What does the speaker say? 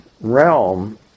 realm